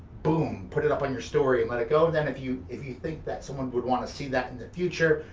boom, put it up on your story and let it go, and then if you if you think that someone would wanna see that in the future,